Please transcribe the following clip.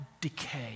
decay